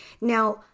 Now